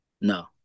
no